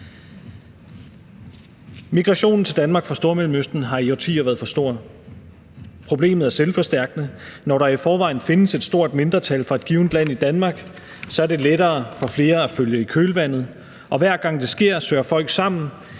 Migrationen til Danmark fra Stormellemøsten har i årtier været for stor. Problemet er selvforstærkende. Når der i forvejen i Danmark findes et stort mindretal fra et givent land, er det lettere for flere at følge i kølvandet, og hver gang det sker, søger folk sammen,